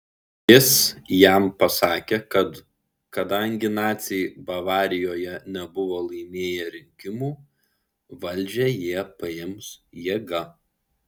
jis jam pasakė kad kadangi naciai bavarijoje nebuvo laimėję rinkimų valdžią jie paims jėga